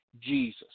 Jesus